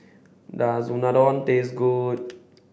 does Unadon taste good